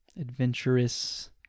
adventurous